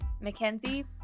Mackenzie